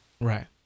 Right